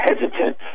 hesitant